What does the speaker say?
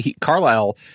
Carlisle